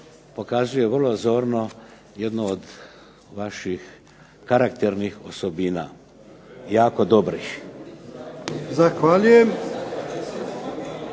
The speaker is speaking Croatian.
pokazuje vrlo zorno jednu od vaših karakternih osobina jako dobrih.